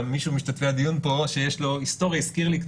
גם מישהו ממשתתפי הדיון פה שיש לו היסטוריה הזכיר לי,